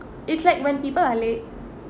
it's like when people are late